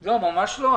לא, ממש לא.